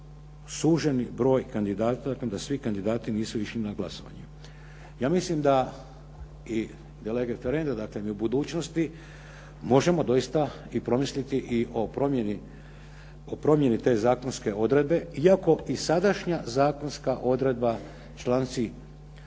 suženi broj kandidata, dakle, da svi kandidati nisu išli na glasovanje. Ja mislim da i …/Govornik se ne razumije./… dakle i u budućnosti možemo doista i promisliti i o promjeni te zakonske odredbe iako i sadašnja zakonska odredba članci